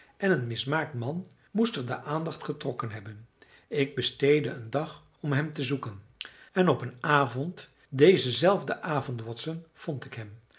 en een mismaakt man moest er de aandacht getrokken hebben ik besteedde een dag om hem te zoeken en op een avond dezen zelfden avond watson vond ik hem